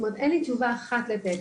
אין לי תשובה אחת לתת,